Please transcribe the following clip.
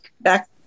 back